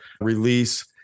release